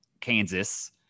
Kansas